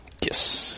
Yes